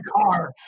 car